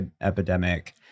epidemic